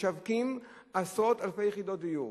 משווקים עשרות אלפי יחידות דיור.